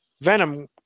Venom